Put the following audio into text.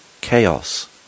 chaos